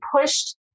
pushed